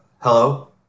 hello